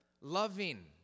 loving